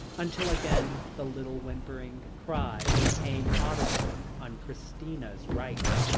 until again the little whimpering cry became audible on christina's right.